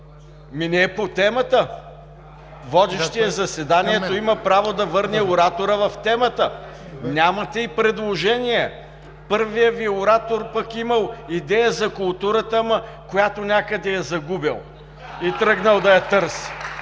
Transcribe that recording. Не е по темата. Водещият заседанието има право да върне оратора в темата. Нямате и предложения. Първият Ви оратор пък имал идея за културата, която някъде я загубил и тръгнал да я търси.